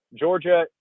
Georgia